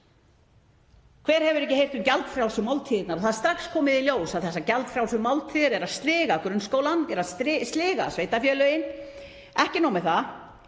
Hver hefur ekki heyrt um gjaldfrjálsu máltíðirnar? Það er strax komið í ljós að þessar gjaldfrjálsu máltíðir eru að sliga grunnskólann, eru að sliga sveitarfélögin. Ekki nóg með það,